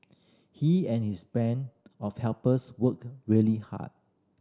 he and his band of helpers worked really hard